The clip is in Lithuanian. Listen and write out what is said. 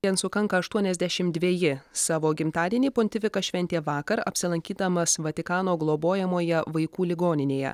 ien sukanka aštuoniasdešim dveji savo gimtadienį pontifikas šventė vakar apsilankydamas vatikano globojamoje vaikų ligoninėje